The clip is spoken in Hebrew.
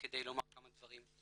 כדי לומר כמה דברים.